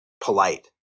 polite